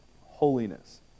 holiness